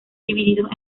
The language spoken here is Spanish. divididos